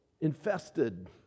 infested